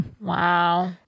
Wow